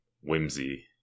whimsy